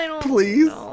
Please